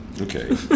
Okay